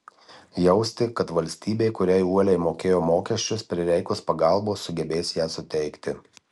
jausti kad valstybė kuriai uoliai mokėjo mokesčius prireikus pagalbos sugebės ją suteikti